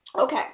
Okay